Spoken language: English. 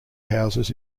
houses